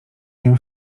się